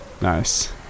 Nice